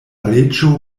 reĝo